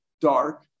dark